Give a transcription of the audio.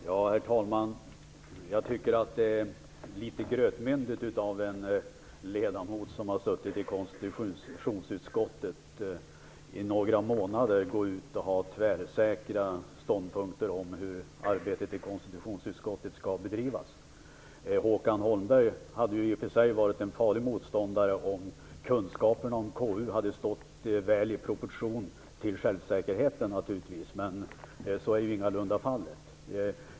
Herr talman! Jag tycker att det är litet grötmyndigt av en ledamot som har suttit i konstitutionsutskottet i några månader att gå ut med tvärsäkra ståndpunkter om hur arbetet i konstitutionsutskottet skall bedrivas. Håkan Holmberg hade i och för sig varit en farlig motståndare, om kunskaperna om KU hade stått väl i proportion till självsäkerheten, men så är ju ingalunda fallet.